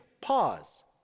pause